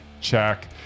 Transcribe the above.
check